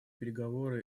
переговоры